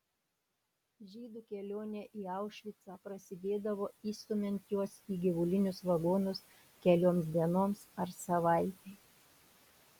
žydų kelionė į aušvicą prasidėdavo įstumiant juos į gyvulinius vagonus kelioms dienoms ar savaitei